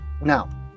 Now